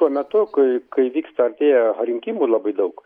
tuo metu kai kai vyksta atėja rinkimų labai daug